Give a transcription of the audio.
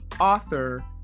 author